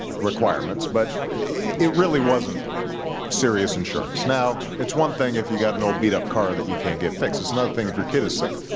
requirements. but it really wasn't serious insurance. now, it's one thing if you've got an old beat-up car that you can't get fixed. it's another thing if your kid is sick,